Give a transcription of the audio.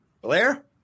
Blair